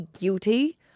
guilty